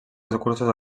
recursos